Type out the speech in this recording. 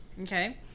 Okay